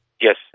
Yes